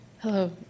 Hello